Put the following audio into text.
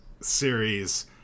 series